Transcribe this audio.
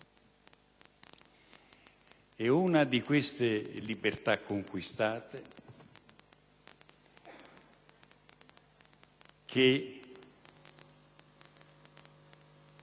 Una di queste libertà conquistate che